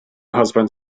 husband